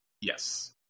Yes